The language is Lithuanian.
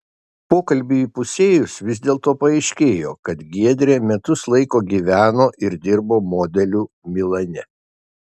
pokalbiui įpusėjus vis dėlto paaiškėjo kad giedrė metus laiko gyveno ir dirbo modeliu milane